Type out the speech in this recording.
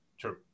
True